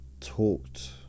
talked